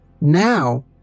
now